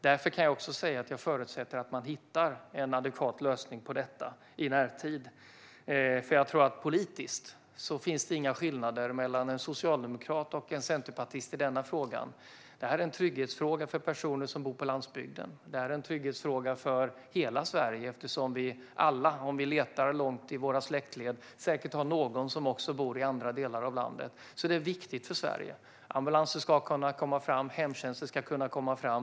Därför kan jag också säga att jag förutsätter att man hittar en adekvat lösning på detta i närtid. Jag tror nämligen att det politiskt inte finns några skillnader mellan en socialdemokrat och en centerpartist i denna fråga. Detta är en trygghetsfråga för personer som bor på landsbygden och för hela Sverige, eftersom vi alla, om vi letar långt bort i våra släktled, säkert har någon som också bor i någon annan del av landet. Det är alltså viktigt för Sverige. Ambulanser ska kunna komma fram, och hemtjänsten ska kunna komma fram.